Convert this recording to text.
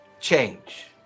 change